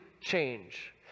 change